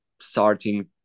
starting